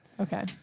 okay